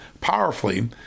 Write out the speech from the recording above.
powerfully